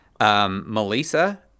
Melissa